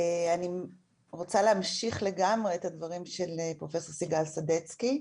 אני רוצה להמשיך לגמרי את הדברים של הפרופסור סיגל סדצקי.